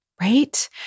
right